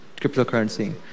cryptocurrency